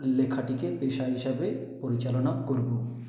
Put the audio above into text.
লেখাটিকে পেশা হিসেবে পরিচালনা করবো